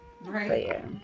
Right